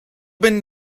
been